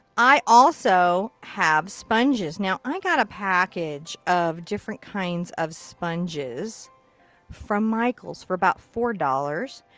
i also have sponges. now i got a package of different kinds of sponges from michael's for about four dollars.